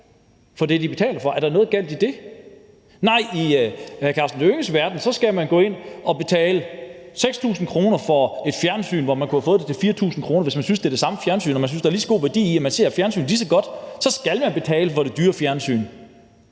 for det, de betaler. Er der noget galt i det? I hr. Karsten Hønges verden skal man gå ind og betale 6.000 kr. for et fjernsyn, hvor man kunne have fået det til 4.000 kr. Hvis man synes, det er det samme fjernsyn, og man synes, der er lige så god værdi i det, og man ser fjernsyn lige så godt, så skal man betale for det dyre fjernsyn.